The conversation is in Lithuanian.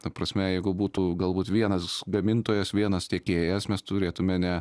ta prasme jeigu būtų galbūt vienas gamintojas vienas tiekėjas mes turėtumėme ne